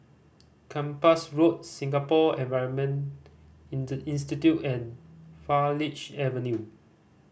Kempas Road Singapore Environment Institute and Farleigh Avenue